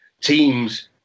teams